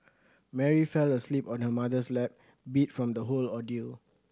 Mary fell asleep on her mother's lap beat from the whole ordeal